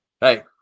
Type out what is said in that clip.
Hey